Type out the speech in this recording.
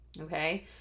Okay